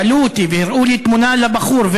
שאלו אותי והראו לי תמונה של הבחור,